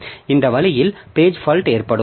எனவே இந்த வழியில் பேஜ் பால்ட் ஏற்படும்